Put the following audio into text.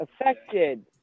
affected